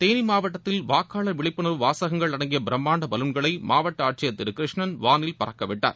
தேளி மாவட்டத்தில் வாக்காளர் விழிப்புணர்வு வாசகங்கள் அடங்கிய பிரம்மாண்ட பலூன்களை மாவட்ட ஆட்சியர் திரு கிருஷ்ணன் வாளில் பறக்கவிட்டார்